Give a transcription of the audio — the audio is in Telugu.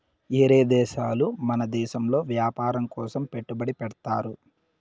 ఏరే దేశాలు మన దేశంలో వ్యాపారం కోసం పెట్టుబడి పెడ్తారు